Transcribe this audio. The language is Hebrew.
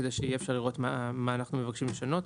כדי שיהיה אפשר לראות מה אנחנו מבקשים לשנות.